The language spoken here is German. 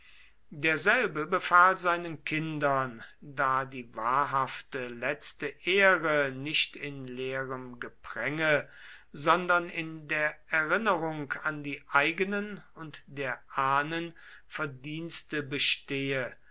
derselbe befahl seinen kindern da die wahrhafte letzte ehre nicht in leerem gepränge sondern in der erinnerung an die eigenen und der ahnen verdienste bestehe